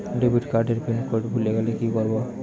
Debit card এর pin code ভুলে গেলে কি করব?